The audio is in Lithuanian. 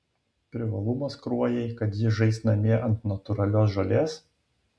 privalumas kruojai kad ji žais namie ant natūralios žolės